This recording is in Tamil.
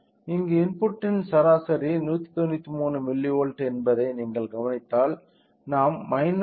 இங்கு இன்புட்டின் சராசரி 193 மில்லிவோல்ட் என்பதை நீங்கள் கவனித்தால் நாம் 2